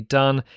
done